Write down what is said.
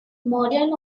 modern